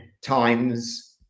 times